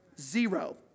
Zero